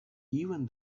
even